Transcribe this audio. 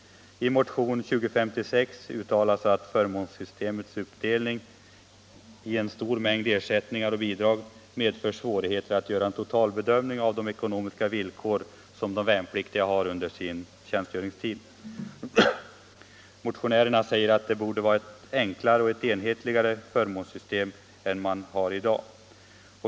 I motion 2056 uttalas att förmånssystemets uppdelning i en stor mängd ersättningar och bidrag medför svårigheter att göra en totalbedömning av de ekonomiska villkor som de värnpliktiga har under sin tjänstgöringstid. Motionärerna säger att det borde vara ett enklare och ett enhetligare förmånssystem än man har i dag.